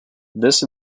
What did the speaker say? this